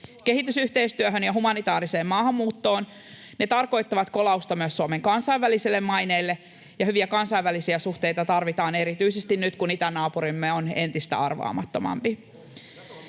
kehitysyhteistyöhön ja humanitaariseen maahanmuuttoon. Ne tarkoittavat kolausta myös Suomen kansainväliselle maineelle, ja hyviä kansainvälisiä suhteita tarvitaan erityisesti nyt, kun itänaapurimme on entistä arvaamattomampi.